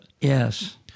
Yes